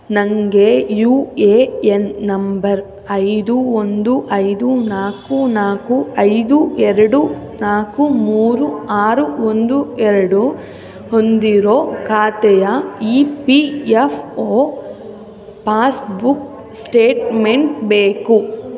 ನನಗೆ U A N number ಐದು ಒಂದು ಐದು ನಾಲ್ಕು ನಾಲ್ಕು ಐದು ಎರಡು ನಾಲ್ಕು ಮೂರು ಆರು ಒಂದು ಎರಡು ಹೊಂದಿರೋ ಖಾತೆಯ E P F O passbook statement ಬೇಕು